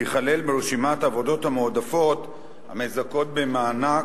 תיכלל ברשימת העבודות המועדפות המזכות במענק